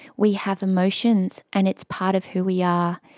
we have emotions and it's part of who we are,